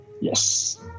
Yes